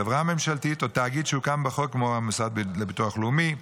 חברה ממשלתית או תאגיד שהוקם בחוק כמו המוסד לביטוח לאומי.